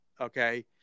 okay